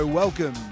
Welcome